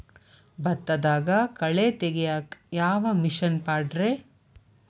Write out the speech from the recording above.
ಭತ್ತದಾಗ ಕಳೆ ತೆಗಿಯಾಕ ಯಾವ ಮಿಷನ್ ಪಾಡ್ರೇ?